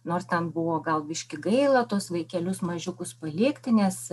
nors ten buvo gal biškį gaila tuos vaikelius mažiukus palikti nes